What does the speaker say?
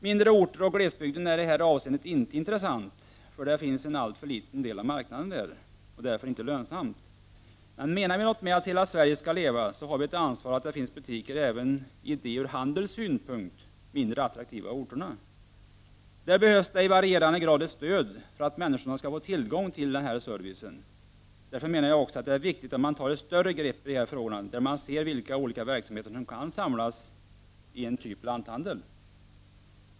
Mindre orter och glesbygden är inte intressanta i det avseendet, eftersom en alltför liten del av marknaden finns där, och det inte är lönsamt. Menar vi något med att hela Sverige skall leva, har vi ett ansvar för att det skall finnas butiker även på de ur handelssynpunkt mindre attraktiva orterna. Det behövs stöd i varierande grad för att människor skall få tillgång till den servicen. Jag menar därför att det är viktigt att man tar ett större grepp i de här frågorna och undersöker vilka verksamheter som kan samlas i någon typ av lanthandel.